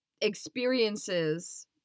experiences